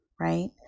Right